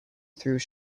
through